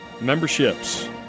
Memberships